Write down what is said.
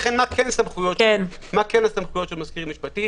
מה כן הסמכויות של מזכיר משפטי